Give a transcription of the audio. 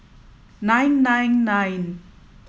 nine nine nine